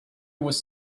was